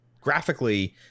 Graphically